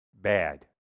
bad